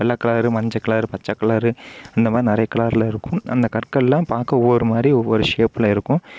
வெள்ளை கலரு மஞ்ச கலரு பச்சை கலரு இந்த மாதிரி நிறைய கலரில் இருக்கும் அந்த கற்கள் எல்லாம் பார்க்க ஒவ்வொரு மாதிரி ஒவ்வொரு ஷேப்பில இருக்கும்